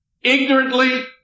Ignorantly